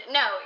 no